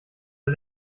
der